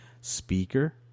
speaker